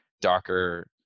Docker